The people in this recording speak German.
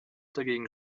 dagegen